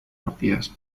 partidas